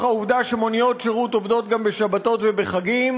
העובדה שמוניות שירות עובדות גם בשבתות ובחגים.